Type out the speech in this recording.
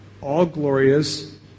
all-glorious